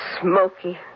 smoky